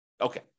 Okay